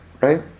right